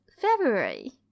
February